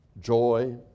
joy